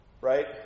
right